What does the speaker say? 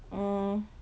um